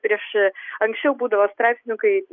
prieš anksčiau būdavo straipsnių kai